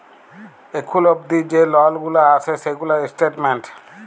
এখুল অবদি যে লল গুলা আসে সেগুলার স্টেটমেন্ট